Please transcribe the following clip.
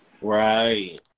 right